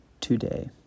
today